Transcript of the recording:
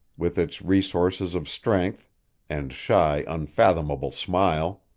with its resources of strength and shy, unfathomable smile.